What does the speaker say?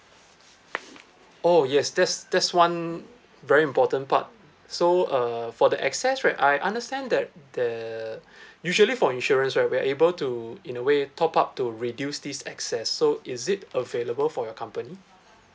oh yes that's that's one very important part so uh for the excess right I understand that the usually for insurance right we're able to in a way top up to reduce this excess so is it available for your company